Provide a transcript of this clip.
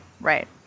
Right